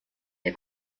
der